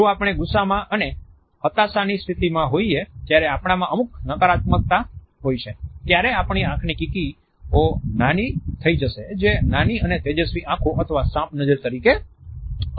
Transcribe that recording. જો આપણે ગુસ્સામાં અને હતાશાની સ્થિતિમાં હોઇએ ત્યારે આપણામાં અમુક નકારાત્મકતા હોય છે ત્યારે આપણી આંખની કીકીઓ નાની થઈ જશે જે નાની અને તેજસ્વી આંખો અથવા સાંપ નજર તરીકે ઓળખાય છે